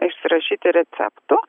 išsirašyti receptų